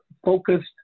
focused